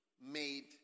made